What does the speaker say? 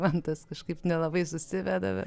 man tas kažkaip nelabai susiveda be